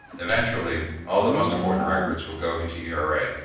eventually, all the most important records will go into era.